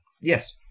Yes